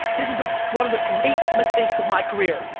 this is the one of the great mistakes of my career.